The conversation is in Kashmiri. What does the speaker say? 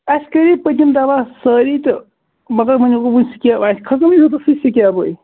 اَسہِ کَرے پٔتِم دَوا سٲری تہٕ مگر وۅنۍ گوٚو سِکیپ اَسہِ کھٔژ نا وۅنۍ زٕ دۅہہ سۅ سِکیبٕے